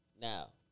Now